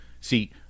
see